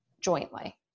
jointly